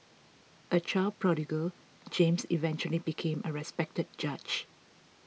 a child prodigy James eventually became a respected judge